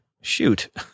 shoot